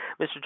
Mr